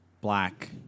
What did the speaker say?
black